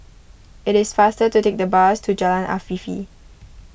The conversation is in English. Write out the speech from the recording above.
it is faster to take the bus to Jalan Afifi